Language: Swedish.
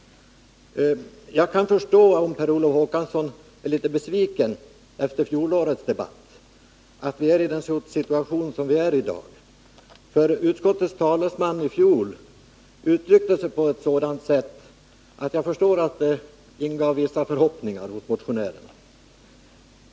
Jag kan förstå om Per Olof Håkansson efter fjolårets debatt är litet besviken över att vi är i den situation där vi är i dag. Utskottets talesman i fjol uttryckte sig ju på ett sådant sätt att det kunde inge vissa förhoppningar hos motionärerna.